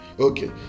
Okay